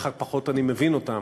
ככה פחות אני מבין אותם,